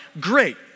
great